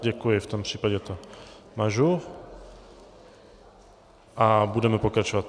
Děkuji, v tom případě to mažu a budeme pokračovat.